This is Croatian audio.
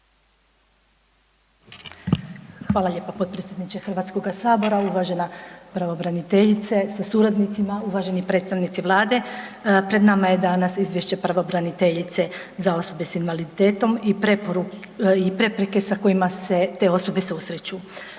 Hvala lijepo potpredsjedniče HS, uvažena pravobraniteljice sa suradnicima, uvaženi predstavnici vlade. Pred nama je danas izvješće pravobraniteljice za osobe s invaliditetom i prepreke sa kojima se te osobe susreću.